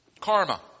Karma